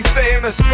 famous